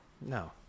no